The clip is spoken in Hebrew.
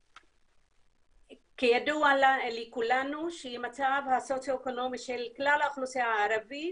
כידוע לכולנו שהמצב הסוציואקונומי של כלל האוכלוסייה הערבית